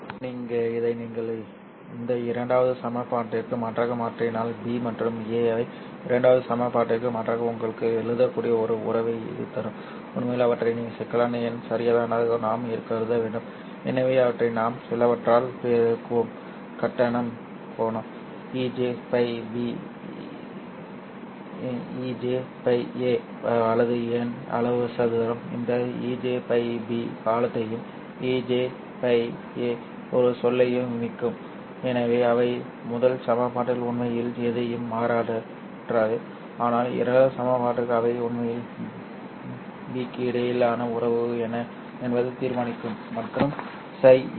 இப்போது இதை நீங்கள் இந்த இரண்டாவது சமன்பாட்டிற்கு மாற்றாக மாற்றினால் b மற்றும் a ஐ இரண்டாவது சமன்பாட்டிற்கு மாற்றாக உங்களுக்கு எழுதக்கூடிய ஒரு உறவை இது தரும் உண்மையில் அவற்றை சிக்கலான எண் சரியானதாக நாம் கருத வேண்டும் எனவே அவற்றை நாம் சிலவற்றால் பெருக்குவோம் கட்ட கோணம் ejϕ b ejϕ a வலது என் அளவு சதுரம் இந்த ejϕ b காலத்தையும் ejϕ ஒரு சொல்லையும் நீக்கும் எனவே அவை முதல் சமன்பாட்டில் உண்மையில் எதையும் மாற்றாது ஆனால் இரண்டாவது சமன்பாட்டிற்கு அவை உண்மையில் b க்கு இடையிலான உறவு என்ன என்பதை தீர்மானிக்கும் மற்றும் ϕa